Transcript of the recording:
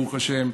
ברוך השם,